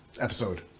Episode